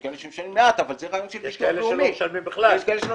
יש כאלה שמשלמים מעט ויש כאלה שלא משלמים בכלל,